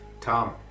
Tom